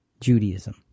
Judaism